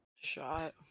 Shot